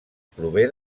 prové